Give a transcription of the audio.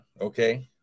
okay